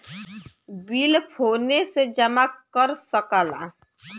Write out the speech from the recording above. bill फोने से जमा कर सकला